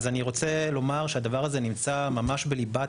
אז אני רוצה לומר שהדבר הזה נמצא ממש בליבת